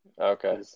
Okay